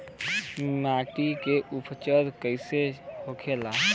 माटी के उपचार कैसे होखे ला?